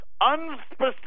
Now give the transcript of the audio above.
unspecified